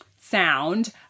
sound